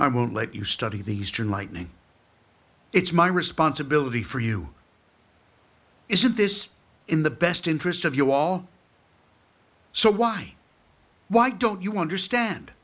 i won't let you study the eastern lightning it's my responsibility for you isn't this in the best interest of you all so why why don't you understand